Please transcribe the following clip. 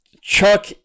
Chuck